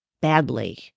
badly